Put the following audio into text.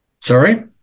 sorry